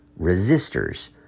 resistors